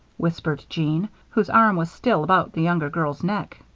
whispered jean, whose arm was still about the younger girl's neck.